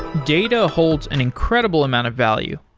data holds an incredible amount of value,